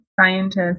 scientist